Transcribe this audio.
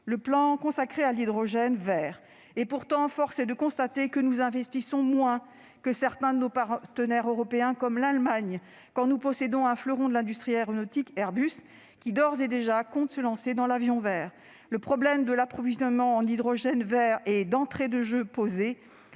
le plan consacré à l'hydrogène vert. Et pourtant, force est de constater que nous investissons moins, en la matière, que certains de nos partenaires européens comme l'Allemagne, alors même que nous possédons un fleuron de l'industrie aéronautique, Airbus, qui compte d'ores et déjà se lancer dans l'avion vert. Le problème de l'approvisionnement en hydrogène vert est posé d'entrée de jeu ; le